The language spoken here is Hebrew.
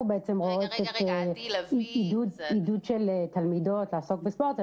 רואים לעידוד תלמידות לעסוק בספורט.